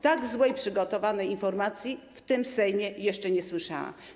Tak źle przygotowanej informacji w tym Sejmie jeszcze nie słyszałam.